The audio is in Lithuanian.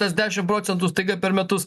tas dešimt procentų staiga per metus